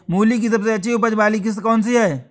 मूली की सबसे अच्छी उपज वाली किश्त कौन सी है?